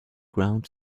ground